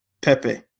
Pepe